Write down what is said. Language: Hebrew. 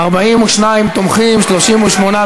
אדוני היושב-ראש,